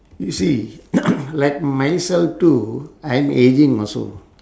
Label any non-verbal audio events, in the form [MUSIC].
you see [NOISE] like myself too I'm ageing also